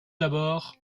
d’abord